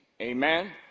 Amen